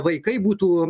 vaikai būtų